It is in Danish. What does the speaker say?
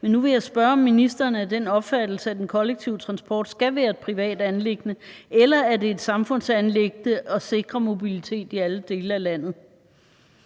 Men nu vil jeg spørge ministeren, om ministeren er af den opfattelse, at den kollektive transport skal være et privat anliggende, eller om det er et samfundsanliggende at sikre mobilitet i alle dele af landet.